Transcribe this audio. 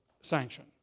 sanction